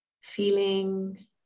feeling